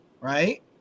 right